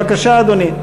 בבקשה, אדוני.